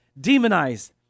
demonized